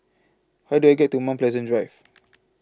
How Do I get to Mount Pleasant Drive